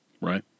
Right